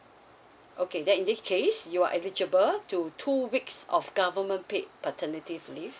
okay then in this case you are eligible to two weeks of government paid paternity leave